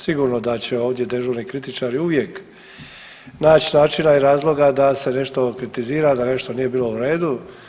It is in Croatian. Sigurno da će ovdje dežurni kritičari uvijek nać načina i razloga da se nešto kritizira, da nešto nije bilo u redu.